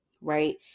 right